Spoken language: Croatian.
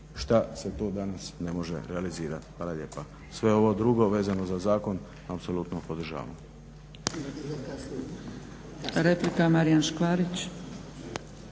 šta se to danas ne može realizirati. Hvala lijepa. Sve ovo drugo vezano za zakon apsolutno podržavam.